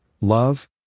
love